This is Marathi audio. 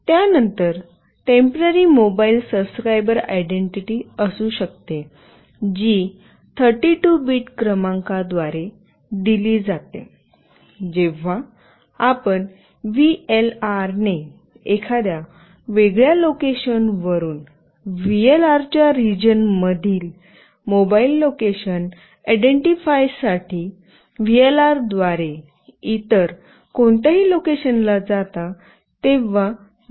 त्यानंतर टेम्पोररी मोबाईल सबस्क्राइबर आयडेंटिटी असू शकते जी 32 बिट क्रमांकाद्वारे दिली जाते जेव्हा आपण व्हीएलआरने एखाद्या वेगळ्या लोकेशन वरून व्हीएलआरच्या रिजन मधील मोबाइल लोकेशन आयडेंटिफाई साठी व्हीएलआरद्वारे इतर कोणत्याही लोकेशनला जाता तेव्हा नियुक्त केले जाते